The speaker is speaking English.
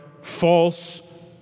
false